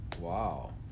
Wow